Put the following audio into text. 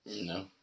No